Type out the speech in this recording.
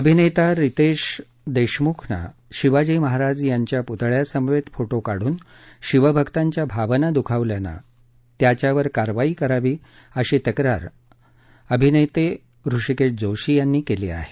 अभिनेता रितेश देशमुखनं शिवाजी महाराज यांच्या पुतळ्यासमवेत फोटो काढून शिवभक्तांच्या भावना दुखावल्यानं त्याच्यावर कारवाई करावी अशी तक्रार हृषिकेश जोशी यानं केली आहे